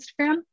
Instagram